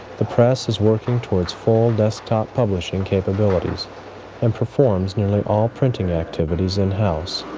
the press is working towards full desktop publishing capabilities and performs nearly all printing activities in-house,